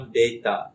data